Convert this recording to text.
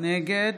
אינו